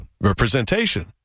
representation